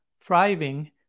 thriving